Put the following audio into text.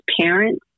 parents